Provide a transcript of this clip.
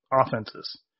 offenses